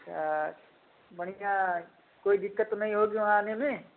अच्छा बढ़िया कोई दिक्कत तो नही होगी वहाँ आने मे